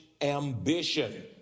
ambition